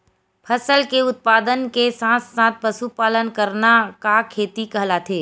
फसल के उत्पादन के साथ साथ पशुपालन करना का खेती कहलाथे?